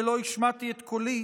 ולא השמעתי את קולי,